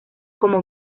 como